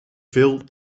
veel